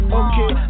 okay